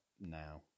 now